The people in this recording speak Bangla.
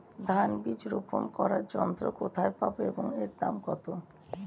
ধান বীজ রোপন করার যন্ত্র কোথায় পাব এবং এর দাম কত?